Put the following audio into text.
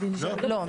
לא,